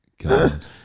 God